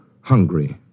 hungry